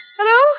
Hello